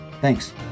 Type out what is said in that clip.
Thanks